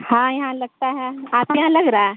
ہاں یہاں لگتا ہے آپ کے یہاں لگ رہا ہے